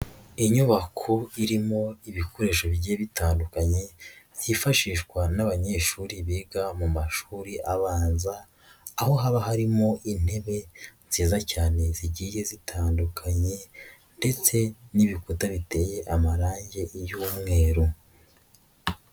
Inyubako irimo ibikoresho bigiye bitandukanye, byifashishwa n'abanyeshuri biga mu mashuri abanza, aho haba harimo intebe nziza cyane zigiye zitandukanye ndetse n'ibikuta biteye amarangi y'umweru.